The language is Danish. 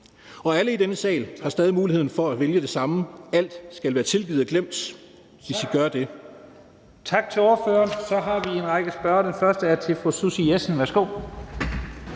og alle i denne sal har stadig muligheden for at vælge det samme. Alt skal være tilgivet og glemt, hvis I gør det.